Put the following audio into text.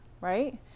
right